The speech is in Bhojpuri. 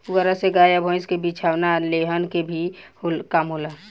पुआरा से गाय आ भईस के बिछवाना आ लेहन के भी काम होला